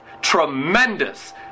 Tremendous